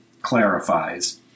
clarifies